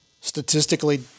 Statistically